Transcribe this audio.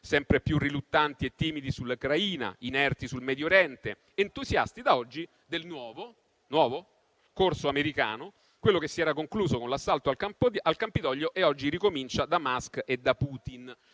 sempre più riluttanti e timidi sull'Ucraina e inerti sul Medioriente, entusiasti da oggi del nuovo - nuovo? - corso americano, quello che si era concluso con l'assalto al Campidoglio e che oggi ricomincia da Musk e da Putin.